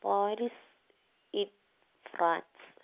Paris in France